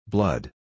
Blood